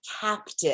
captive